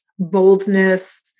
boldness